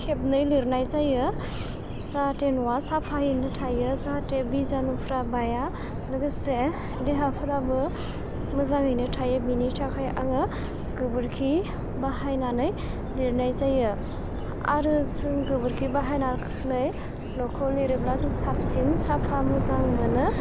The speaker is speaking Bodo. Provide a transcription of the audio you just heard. खेबनै लिरनाय जायो जाहाथे न'वा साफायैनो थायो जाहाथे बिजानुफ्रा बाया लोगोसे देहाफ्राबो मोजाङैनो थायो बिनि थाखाय आङो गोबोरखि बाहायनानै लिरनाय जायो आरो जों गोबोरखि बाहायनानै न'खौ लिरोब्ला जों साबसिन साफा मोजां मोनो